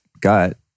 gut